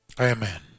Amen